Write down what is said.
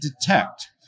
detect